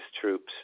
troops